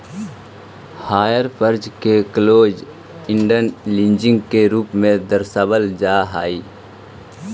hire purchase के close end leasing के रूप में दर्शावल जा हई